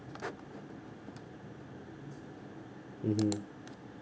mmhmm